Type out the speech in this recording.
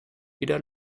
wieder